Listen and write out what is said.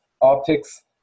optics